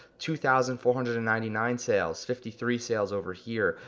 two thousand four hundred and ninety nine sales, fifty three sales over here.